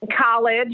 College